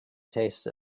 tasted